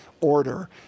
order